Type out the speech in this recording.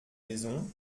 maisons